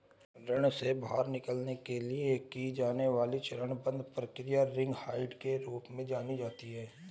ऋण से बाहर निकलने के लिए की जाने वाली चरणबद्ध प्रक्रिया रिंग डाइट के रूप में जानी जाती है